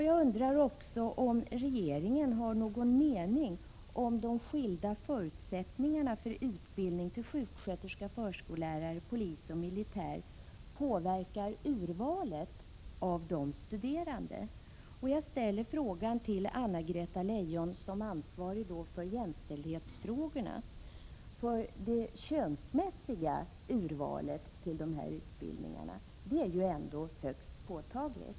Jag undrar vidare om regeringen har någon mening om huruvida de skilda förutsättningarna för utbildning till sjuksköterska, förskollärare, polis och militär har påverkat urvalet av de studerande. Jag ställer frågan till Anna-Greta Leijon som ansvarig för jämställdhetsfrågorna: Det könsmässiga urvalet till dessa utbildningar är väl ändå högst påtagligt?